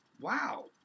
Wow